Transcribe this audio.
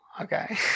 okay